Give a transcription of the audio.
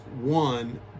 one